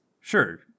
Sure